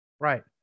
Right